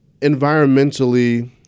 environmentally